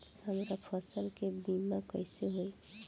हमरा फसल के बीमा कैसे होई?